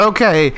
Okay